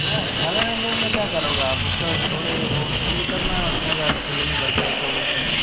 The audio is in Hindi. ना ज़्यादा रेम रोम का क्या करोगे उसका आप थोड़े वो थोड़ी करना है ज़्यादा फिलिम भरके रखोगे उसमें